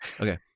Okay